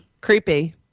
Creepy